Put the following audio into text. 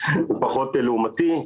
פחות לעומתי.